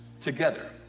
together